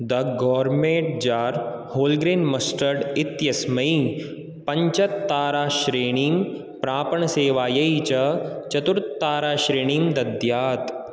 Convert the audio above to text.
the gourmet jar wholegrain mustard इत्यस्मै पञ्च ताराश्रेणीं प्रापणसेवायै च चतुर् ताराश्रेणीं दद्यात्